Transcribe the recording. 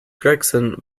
gregson